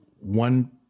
one